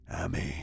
amy